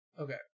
Okay